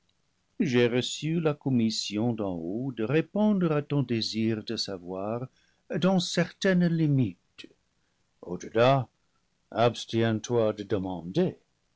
j'ai reçu la commission d'en haut de répondre à ton désir de savoir dans certaines limites au-delà abstiens toi de demander